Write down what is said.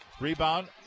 rebound